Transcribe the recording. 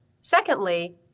Secondly